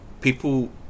people